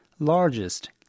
largest